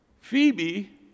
Phoebe